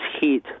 heat